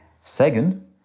Second